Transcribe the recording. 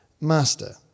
Master